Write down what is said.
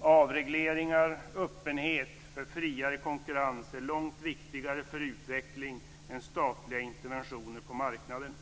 Avregleringar och öppenhet för friare konkurrens är långt viktigare för utveckling än statliga interventioner på marknaden.